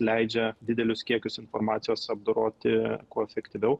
leidžia didelius kiekius informacijos apdoroti kuo efektyviau